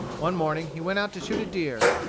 one morning he went out to shoot a deer,